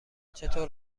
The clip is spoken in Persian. چطور